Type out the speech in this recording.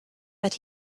that